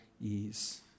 ease